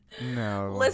No